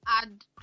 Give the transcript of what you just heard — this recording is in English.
add